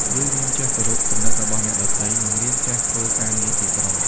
យើងរៀនចេះគោរពគំនិតរបស់អ្នកដទៃ និងរៀនចេះធ្វើការងារជាក្រុម។